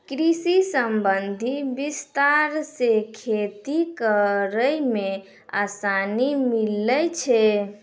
कृषि संबंधी विस्तार से खेती करै मे आसानी मिल्लै छै